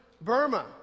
Burma